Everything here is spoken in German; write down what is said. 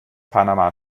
panama